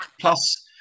plus